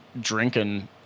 drinking